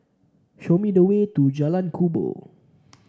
show me the way to Jalan Kubor